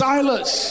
Silas